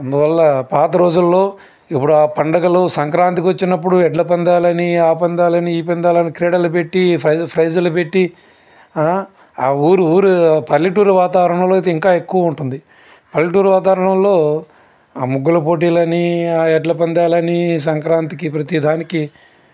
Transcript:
అందువల్ల పాత రోజుల్లో ఇప్పుడు ఆ పండగలు సంక్రాంతి వచ్చినప్పుడు ఎడ్ల పందాలని ఆ పందాలని ఈ పందాలని క్రీడలు పెట్టి ప్ర ఫ్రైజులు పెట్టి ఆ ఊరి ఊరి పల్లెటూరి వాతావరణంలోకి ఇంకా ఎక్కువ ఉంటుంది పల్లెటూరి వాతావరణంలో ఆ ముగ్గుల పోటీలని ఎడ్ల పందాలనీ సంక్రాంతికి ప్రతిదానికి